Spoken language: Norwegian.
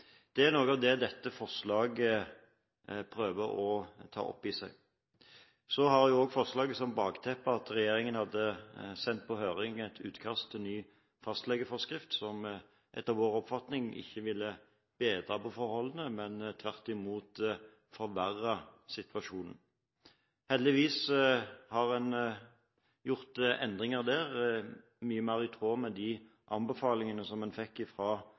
i seg noe av det. Forslaget har også som bakteppe at regjeringen hadde sendt på høring et utkast til ny fastlegeforskrift som etter vår oppfatning ikke ville bedret forholdene, men tvert imot forverret situasjonen. Heldigvis har en gjort endringer som er mye mer i tråd med de anbefalingene en fikk fra Helsedirektoratet – og som en i første omgang hadde sett forbi – og også med de tilbakemeldingene en fikk fra